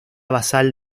basal